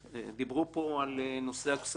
דיברו פה על נושא הכספים.